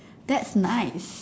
that's nice